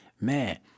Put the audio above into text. man